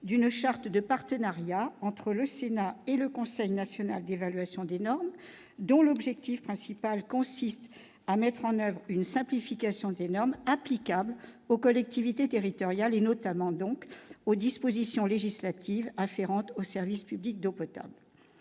d'une charte de partenariat entre le Sénat et le Conseil national d'évaluation des normes dont l'objectif principal consiste à mettre en avant une simplification des normes applicables aux collectivités territoriales et notamment donc aux dispositions législatives afférentes aux services publics d'eau potable,